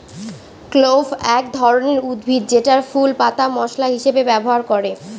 clove এক ধরনের উদ্ভিদ যেটার ফুল, পাতা মশলা হিসেবে ব্যবহার করে